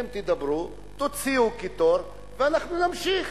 תוציאו קיטור, ואנחנו נמשיך